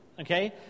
Okay